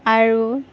আৰু